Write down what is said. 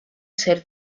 ser